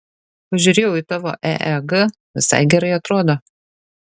pažiūrėjau į tavo eeg visai gerai atrodo